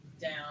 down